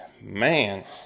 man